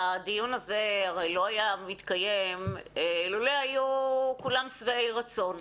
הדיון הזה הרי לא היה מתקיים לולא היו כולם שבעי רצון.